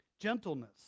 Gentleness